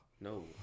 no